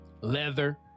leather